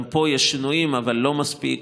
גם פה יש שינויים, אבל לא מספיק.